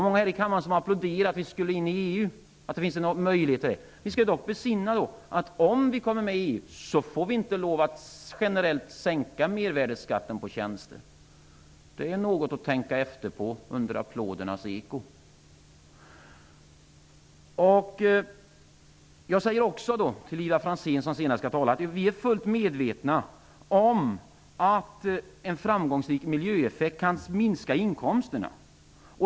Många här i kammaren applåderade Sveriges inträde i EU. Men vi skall besinna att vi, om vi kommer med i EU, inte får lov att generellt sänka mervärdesskatten på tjänster. Det är något att tänka på under applådernas eko. Jag vill säga till Ivar Franzén, som senare skall tala, att vi är fullt medvetna om att en framgångsrik miljöeffekt kan minska inkomsterna.